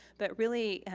but really,